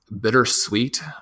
bittersweet